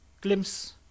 glimpse